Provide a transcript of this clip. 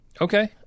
Okay